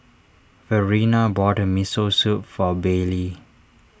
Verena bought a Miso Soup for Baylie